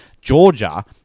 Georgia